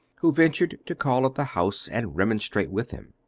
who ventured to call at the house and remonstrate with him.